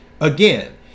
Again